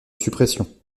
suppression